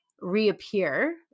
reappear